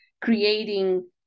creating